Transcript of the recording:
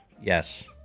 yes